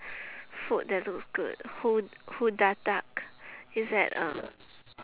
food that looks good hoo~ hoodadak it's at uh